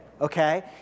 okay